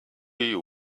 you